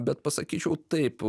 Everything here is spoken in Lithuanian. bet pasakyčiau taip